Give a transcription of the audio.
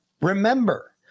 remember